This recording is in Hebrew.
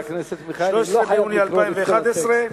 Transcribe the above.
13 ביוני 2011,